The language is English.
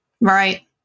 Right